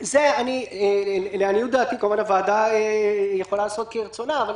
הוועדה יכולה לעשות כרצונה,